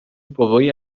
بابای